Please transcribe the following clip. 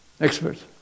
Experts